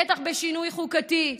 בטח בשינוי חוקתי.